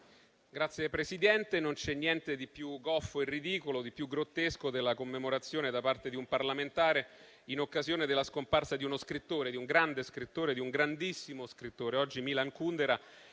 Signor Presidente, non c'è niente di più goffo e ridicolo, di più grottesco della commemorazione, da parte di un parlamentare, in occasione della scomparsa di uno scrittore, di un grande scrittore, di un grandissimo scrittore: oggi, Milan Kundera.